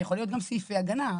יכול להיות גם סעיפי הגנה.